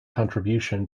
contribution